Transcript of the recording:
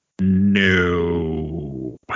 no